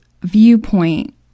viewpoint